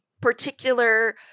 particular